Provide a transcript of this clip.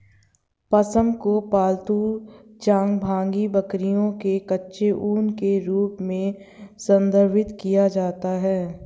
पश्म को पालतू चांगथांगी बकरियों के कच्चे ऊन के रूप में संदर्भित किया जाता है